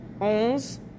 Onze